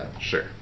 sure